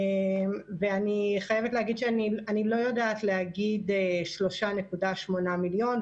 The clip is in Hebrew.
אני לא יודעת להגיד 3.8 מיליון,